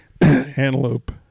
Antelope